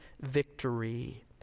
victory